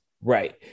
Right